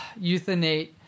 euthanate